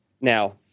Now